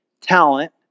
talent